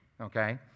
okay